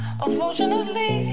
unfortunately